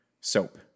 soap